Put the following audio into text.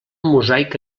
mosaic